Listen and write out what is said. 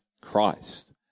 christ